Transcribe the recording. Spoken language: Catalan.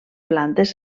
plantes